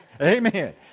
Amen